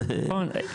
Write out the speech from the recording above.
זה נכון,